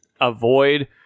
avoid